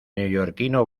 neoyorquino